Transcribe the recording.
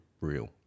real